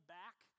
back